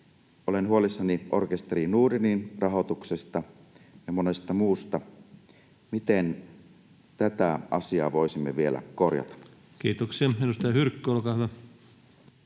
Olen huolissani Orkester Nordenin rahoituksesta ja monesta muusta. Miten tätä asiaa voisimme vielä korjata? Kiitoksia. — Edustaja Hyrkkö, olkaa hyvä.